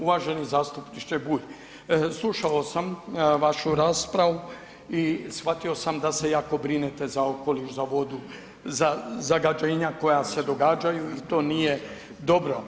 Uvaženi zastupniče Bulj, slušao sam vašu raspravu i shvatio sam da se jako brinete za okoliš, za vodu, za zagađenja koja se događaju i to nije dobro.